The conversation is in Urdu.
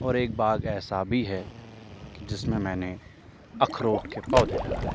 اور ایک باغ ایسا بھی ہے کہ جس میں میں نے اخروٹ کے پودے لگائے ہے